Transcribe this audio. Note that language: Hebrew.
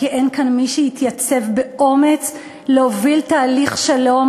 כי אין כאן מי שיתייצב באומץ להוביל תהליך שלום